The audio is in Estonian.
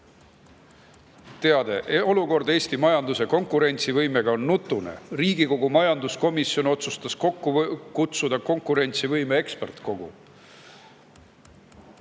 2023: "Olukord Eesti majanduse konkurentsivõimega on nutune ja riigikogu majanduskomisjon otsustas kokku kutsuda konkurentsivõime ekspertkogu"